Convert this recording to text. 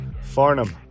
Farnham